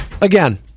again